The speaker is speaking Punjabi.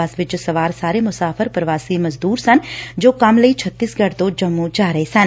ਬੱਸ ਵਿਚ ਸਵਾਰ ਸਾਰੇ ਮੁਸਾਫ਼ਰ ਪ੍ਰਵਾਸੀ ਮਜ਼ਦੁਰ ਸਨ ਜੋ ਕੰਮ ਲਈ ਛੱਤੀਂਸ਼ਗੜ ਤੋਂ ਜੰਮੁ ਜਾ ਰਹੇ ਸਨ